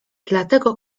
dlatego